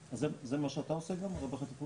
זה גם מה שאתה עושה, הרווח התפעולי?